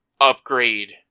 upgrade